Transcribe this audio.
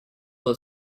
then